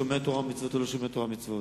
שומר תורה ומצוות או לא שומר תורה ומצוות.